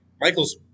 Michael's